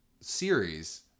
series